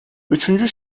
üçüncü